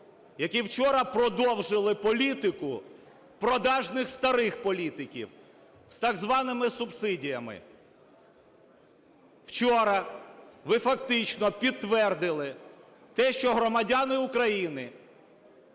які вчора продовжили політику продажних старих політиків з так званими субсидіями. Вчора ви фактично підтвердили те, що громадяни України,